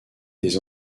des